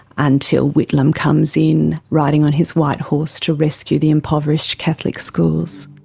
until whitlam comes in riding on his white horse to rescue the impoverished catholic schools.